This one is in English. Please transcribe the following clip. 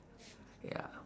ya